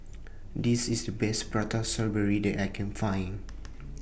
This IS The Best Prata Strawberry that I Can Find